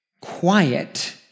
Quiet